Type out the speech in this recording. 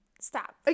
Stop